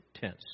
tense